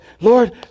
Lord